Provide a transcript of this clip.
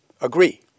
Agree